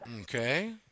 Okay